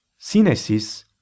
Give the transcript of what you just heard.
synesis